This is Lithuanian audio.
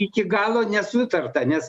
iki galo nesutarta nes